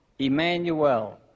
Emmanuel